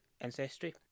Ancestry